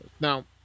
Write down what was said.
now